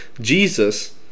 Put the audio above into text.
Jesus